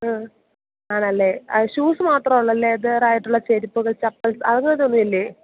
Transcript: ആ ആണല്ലേ ഷൂസ് മാത്രം ഉള്ളൂ അല്ലേ ലെതർ ആയിട്ടുള്ള ചെരുപ്പുകൾ ചപ്പൽസ് അങ്ങനത്തെ ഒന്നും ഇല്ലേ